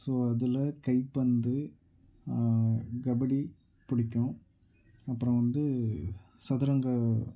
so அதில் கைப்பந்து கபடி பிடிக்கும் அப்புறோம் வந்து சதுரங்க